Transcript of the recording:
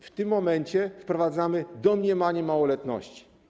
W tym momencie wprowadzamy domniemanie małoletności.